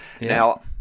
Now